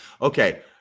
Okay